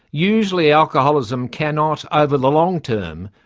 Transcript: usually alcoholism cannot, over the long term,